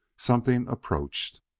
something approached.